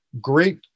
great